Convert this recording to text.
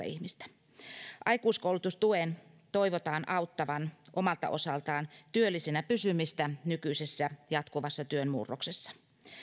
ihmistä aikuiskoulutustuen toivotaan auttavan omalta osaltaan työllisenä pysymistä nykyisessä jatkuvassa työn murroksessa